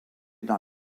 dans